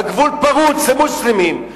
והגבול פרוץ למוסלמים,